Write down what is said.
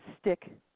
stick